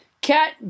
cat